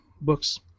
books